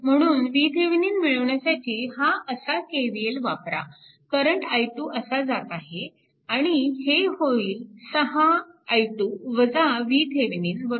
म्हणून VThevenin मिळविण्यासाठी हा असा KVL वापरा करंट i2 असा जात आहे आणि हे होईल 6 i2 VThevenin 0